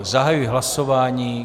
Zahajuji hlasování.